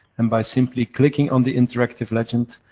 and by simply clicking on the interactive legend,